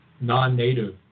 non-native